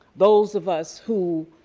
those of us who,